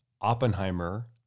Oppenheimer